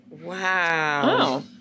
Wow